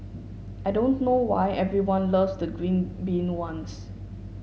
I don't know why everyone loves the green bean ones